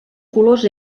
colors